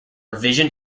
vision